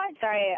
sorry